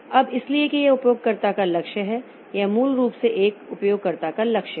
अब इसलिए कि यह उपयोगकर्ता का लक्ष्य है यह मूल रूप से एक उपयोगकर्ता का लक्ष्य है